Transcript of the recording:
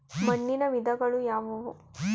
ಮಣ್ಣಿನ ವಿಧಗಳು ಯಾವುವು?